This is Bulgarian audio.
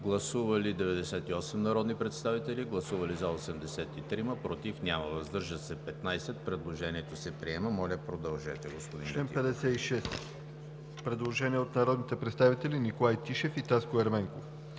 Гласували 100 народни представители: за 82, против няма, въздържат се 18. Предложението се приема. Моля продължете, господин Летифов.